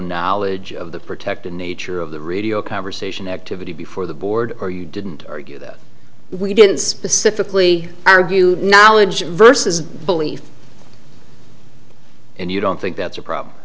knowledge of the protected nature of the radio conversation activity before the board or you didn't argue that we didn't specifically argue knowledge vs belief and you don't think that's a problem